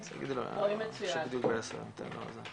יחד עם לירון ישראלי בנושא הדור החדש בחקלאות.